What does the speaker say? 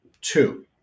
Two